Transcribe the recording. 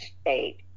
state